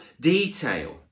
detail